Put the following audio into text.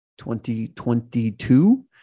2022